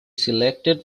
selected